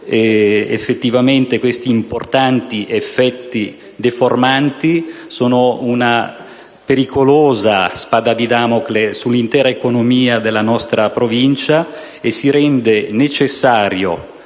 quel tratto. Questi importanti effetti deformanti sono una pericolosa spada di Damocle sull'intera economia della nostra Provincia, per cui si rende necessario